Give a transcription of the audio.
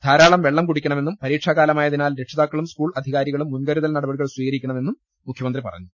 ധാരാളം വെള്ളം കുടി ക്കണമെന്നും പരീക്ഷാകാലമായതിനാൽ രക്ഷിതാക്കളും സ്കൂൾ അധികാരികളും മുൻകരുതൽ നടപടികൾ സ്വീകരി ക്കണമെന്നും മുഖ്യമന്ത്രി പറഞ്ഞു